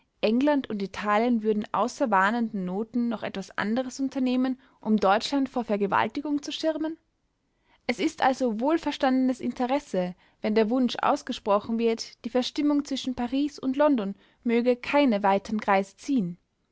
england und italien würden außer warnenden noten noch etwas anderes unternehmen um deutschland vor vergewaltigung zu schirmen es ist also wohlverstandenes interesse wenn der wunsch ausgesprochen wird die verstimmung zwischen paris und london möge keine weitern kreise ziehen